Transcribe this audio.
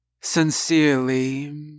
Sincerely